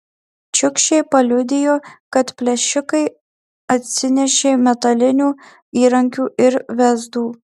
čiukčė paliudijo kad plėšikai atsinešė metalinių įrankių ir vėzdų